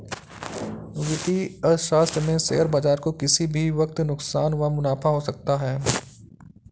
वित्तीय अर्थशास्त्र में शेयर बाजार को किसी भी वक्त नुकसान व मुनाफ़ा हो सकता है